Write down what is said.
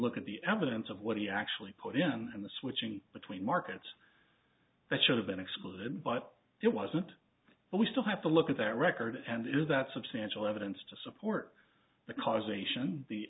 look at the evidence of what he actually put in the switching between markets that should have been excluded but it wasn't but we still have to look at that record and is that substantial evidence to support the causation the